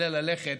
עליה ללכת